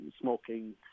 smoking